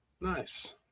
Nice